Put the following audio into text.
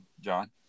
John